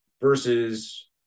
versus